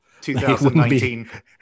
2019